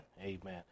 amen